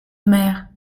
mère